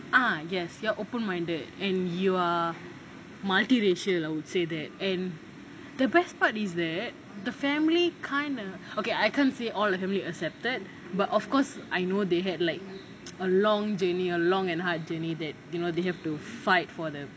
ah yes you are open-minded and you are multi-racial I would say that and the best part is that the family kind of okay I can't say all the family accepted but of course I know they had like a long day a long and hard day that you know they have to fight for the